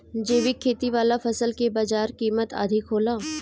जैविक खेती वाला फसल के बाजार कीमत अधिक होला